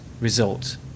result